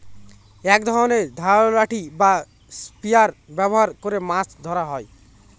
এক ধরনের ধারালো লাঠি বা স্পিয়ার ব্যবহার করে মাছ ধরা হয়